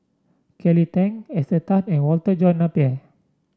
Kelly Tang Esther Tan and Walter John Napier